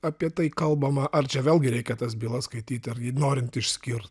apie tai kalbama ar čia vėlgi reikia tas bylas skaityt ar norint išskir